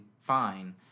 fine